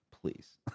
Please